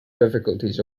difficulties